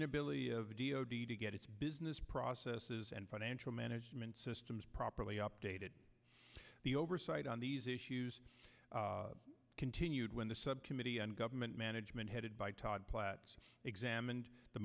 inability of the d o d to get its business processes and financial management systems properly updated the oversight on these issues continued when the subcommittee on government management headed by todd platts examined the